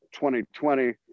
2020